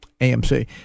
AMC